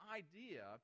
idea